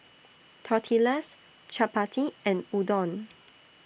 Tortillas Chapati and Udon